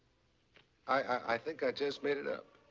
i think i just made it up.